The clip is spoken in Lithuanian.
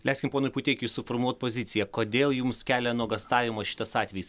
leiskim ponui puteikiui suformuluot poziciją kodėl jums kelia nuogąstavimus šitas atvejis